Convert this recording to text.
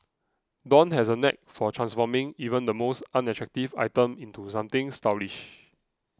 dawn has a knack for transforming even the most unattractive item into something stylish